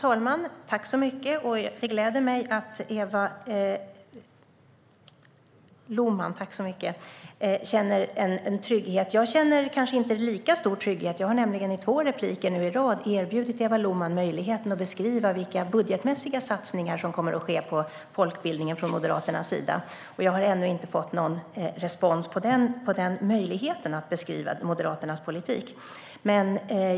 Fru talman! Det gläder mig att Eva Lohman känner en trygghet. Jag känner kanske inte lika stor trygghet. Jag har nämligen nu i två repliker i rad erbjudit Eva Lohman möjligheten att beskriva vilka budgetmässiga satsningar som från Moderaternas sida kommer att ske på folkbildningen. Jag har ännu inte fått någon respons på den möjligheten att beskriva Moderaternas politik.